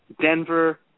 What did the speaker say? Denver